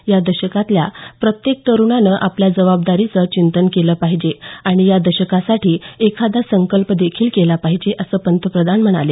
या दशकातल्या प्रत्येक तरुणानं आपल्या जबाबदारीवर चिंतन केलं पाहिजे आणि या दशकासाठी एखादा संकल्प देखील केला पाहिजे असं पंतप्रधान म्हणाले